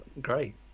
Great